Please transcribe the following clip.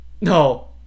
No